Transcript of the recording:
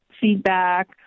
feedback